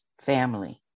family